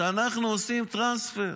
שאנחנו עושים טרנספר?